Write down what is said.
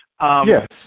Yes